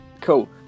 cool